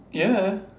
ya